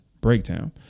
breakdown